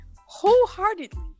wholeheartedly